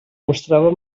mostrava